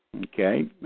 Okay